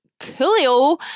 coolio